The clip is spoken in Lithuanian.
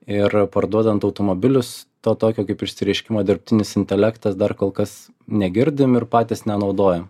ir parduodant automobilius to tokio kaip išsireiškimo dirbtinis intelektas dar kol kas negirdim ir patys nenaudojam